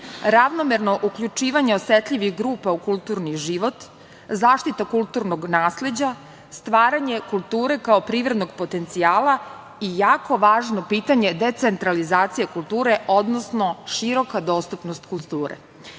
ravnomerno uključivanje osetljivih grupa u kulturni život, zaštita kulturnog nasleđa, stvaranje kulture kao privrednog potencijala i jako važno pitanje - decentralizacija kulture, odnosno široka dostupnost kulture. Upravo